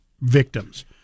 victims